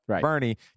Bernie